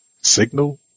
signal